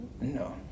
No